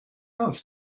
off